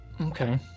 okay